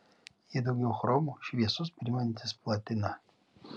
jei daugiau chromo šviesus primenantis platiną